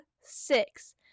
six